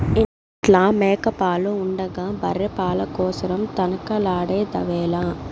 ఇంట్ల మేక పాలు ఉండగా బర్రె పాల కోసరం తనకలాడెదవేల